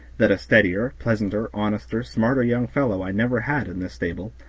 that a steadier, pleasanter, honester, smarter young fellow i never had in this stable.